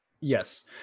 yes